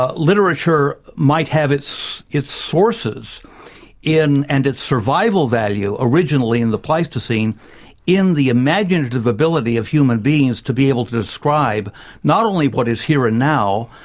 ah literature might have its its sources in and its survival value originally in the pleistocene in the imaginative ability of human beings to be able to describe not only what is here and now,